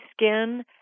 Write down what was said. skin